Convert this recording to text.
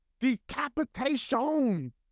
Decapitation